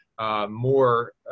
more